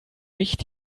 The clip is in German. nicht